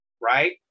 right